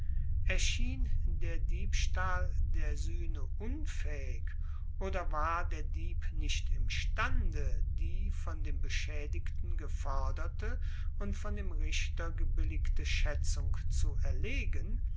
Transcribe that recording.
erschien der diebstahl der suehne unfaehig oder war der dieb nicht imstande die von dem beschaedigten geforderte und von dem richter gebilligte schaetzung zu erlegen